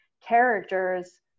Characters